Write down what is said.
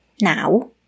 Now